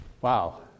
wow